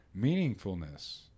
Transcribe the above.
meaningfulness